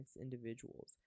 individuals